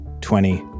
twenty